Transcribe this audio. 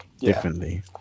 differently